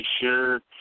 sure